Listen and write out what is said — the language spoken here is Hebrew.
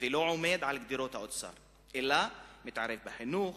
ולא לעמוד על גדרות האוצר אלא להתערב בחינוך,